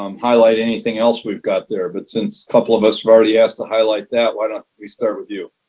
um highlight anything else we've got there. but since a couple of us have already asked to highlight that, why don't we start with you?